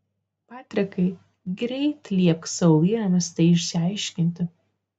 patrikai greit liepk savo vyrams tai išsiaiškinti